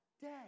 dead